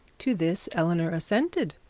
to this eleanor assented,